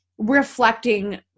reflecting